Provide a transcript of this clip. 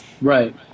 Right